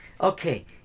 Okay